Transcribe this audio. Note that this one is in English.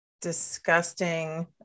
disgusting